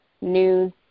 news